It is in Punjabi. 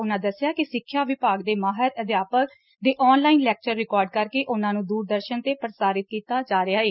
ਉਨੂਂ ਦੱਸਿਆ ਕਿ ਸਿੱਖਿਆ ਵਿਭਾਗ ਦੇ ਮਾਹਰ ਅਧਿਆਪਕਾਂ ਦੇ ਆਨਲਾਇਨ ਲੈਕਚਰ ਰਿਕਾਰਡ ਕਰਕੇ ਉਨੂਾਂ ਨੂੰ ਦੂਰਦਰਸ਼ਨ 'ਤੇ ਪ੍ਸਾਰਿਤ ਕੀਤਾ ਜਾ ਰਿਹਾ ਏ